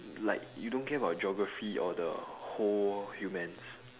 like you don't care about geography or the whole humans